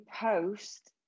post